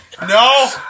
No